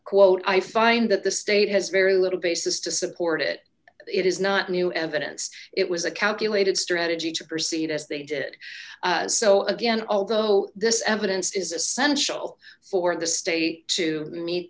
quote i find that the state has very little basis to support it it is not new evidence it was a calculated strategy to proceed as they did so again although this evidence is essential for the state to meet